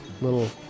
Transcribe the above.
Little